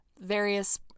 various